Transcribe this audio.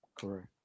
Correct